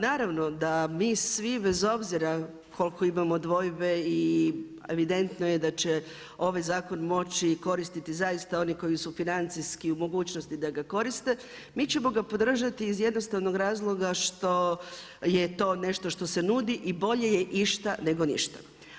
Naravno da mi svi bez obzira koliko imamo dvojbe i evidentno je da će ovaj zakon moći koristiti zaista oni koji su financijski u mogućnosti da ga koriste, mi ćemo ga podržati iz jednostavnog razloga što je to nešto što se nudi i bolje je išta nego ništa.